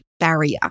barrier